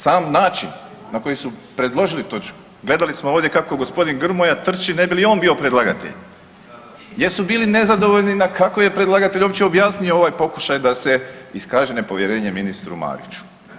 Sam način na koji su predložili točku, gledali smo ovdje kako g. Grmoja trči ne bi li on bio predlagatelj jer su bili nezadovoljni kako je predlagatelj uopće objasnio ovaj pokušaj da se iskaže nepovjerenje ministru Mariću.